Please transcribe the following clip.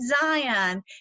Zion